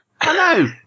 Hello